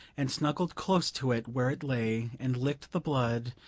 and snuggled close to it where it lay, and licked the blood,